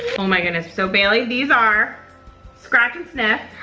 oh my goodness, so bailey, these are scratch n sniff.